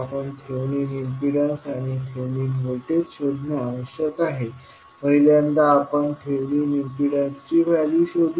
आपण Thevenin impedance आणि Thevenin voltage शोधणे आवश्यक आहे पहिल्यांदा आपण थेव्हिनिन इम्पीडन्सची व्हॅल्यू शोधू